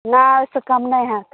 नहि ओहिसँ कम नहि हैत